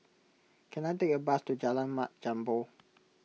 can I take a bus to Jalan Mat Jambol